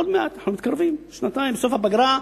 עוד מעט, אנחנו מתקרבים, שנתיים, בסוף הפגרה.